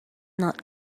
not